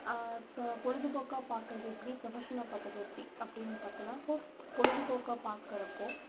இப்போ பொழுதுபோக்காக பார்க்குறது எப்படி ப்ரொஃபஷனல்லாக பார்க்குறது எப்படி அப்படின்னு பார்த்தோனா ஃபஸ்ட் பொழுதுபோக்காக பார்க்குறப்போ